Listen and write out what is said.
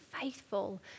faithful